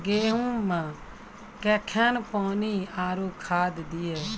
गेहूँ मे कखेन पानी आरु खाद दिये?